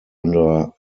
under